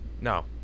no